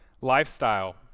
lifestyle